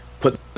put